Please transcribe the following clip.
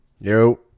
Yo